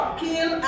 kill